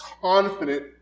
confident